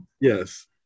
Yes